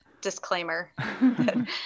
disclaimer